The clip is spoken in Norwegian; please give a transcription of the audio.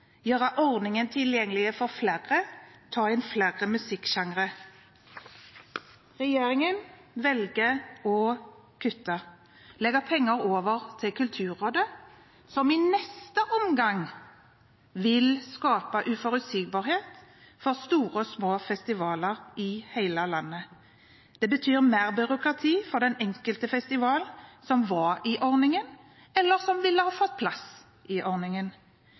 gjøre ordningen tilgjengelig for flere og ta inn flere musikksjangre. Regjeringen velger å kutte og legge penger over til Kulturrådet, noe som i neste omgang vil skape uforutsigbarhet for store og små festivaler i hele landet. Det betyr mer byråkrati for den enkelte festival som var i ordningen, eller som ville ha fått plass i ordningen.